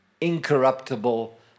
Incorruptible